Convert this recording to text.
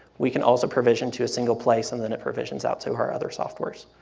we can also provision to a single place and then it provisions out to our other softwares.